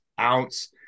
ounce